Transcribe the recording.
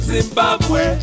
Zimbabwe